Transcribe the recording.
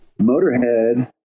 Motorhead